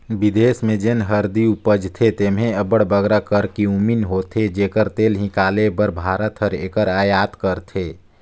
बिदेस में जेन हरदी उपजथे तेम्हें अब्बड़ बगरा करक्यूमिन होथे जेकर तेल हिंकाले बर भारत हर एकर अयात करथे